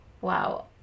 Wow